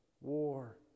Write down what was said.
War